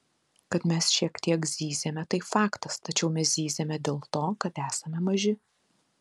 kad mes šiek tiek zyziame tai faktas tačiau mes zyziame dėl to kad esame maži